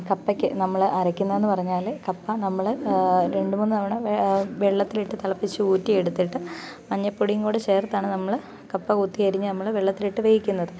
കപ്പയ്ക്ക് നമ്മൾ അരയ്ക്ക്ന്നതിന് പറഞ്ഞാൽ കപ്പ നമ്മൾ രണ്ട് മൂന്ന് തവണ വെള്ളത്തിൽ ഇട്ട് തിളപ്പിച്ചു ഊറ്റി എടുത്തിട്ട് മഞ്ഞൾപ്പൊടിയും കൂടെ ചേർത്താണ് നമ്മള് കപ്പ കൊത്തി അരിഞ്ഞ് നമ്മൾ വെള്ളത്തിൽ ഇട്ട് വേവിക്കുന്നത്